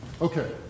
Okay